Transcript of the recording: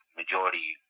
majority